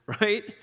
right